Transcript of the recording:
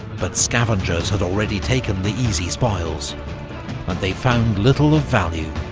but scavengers had already taken the easy spoils, and they found little of value.